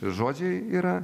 žodžiai yra